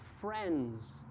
friends